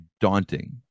daunting